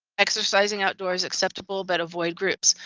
exercising outdoors acceptable but avoid groups,